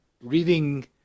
reading